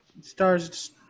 Stars